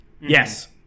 Yes